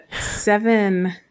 seven